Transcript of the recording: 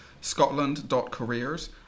scotland.careers